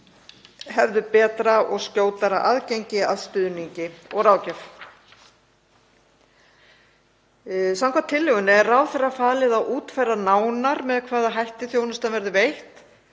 hefðu betra og skjótara aðgengi að stuðningi og ráðgjöf. Samkvæmt tillögunni er ráðherra falið að útfæra nánar með hvaða hætti þjónustan verður veitt.